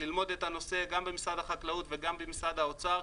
ללמוד את הנושא גם במשרד החקלאות וגם במשרד האוצר,